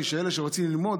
של אלה שרוצים ללמוד.